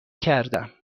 کردم